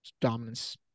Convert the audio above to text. dominance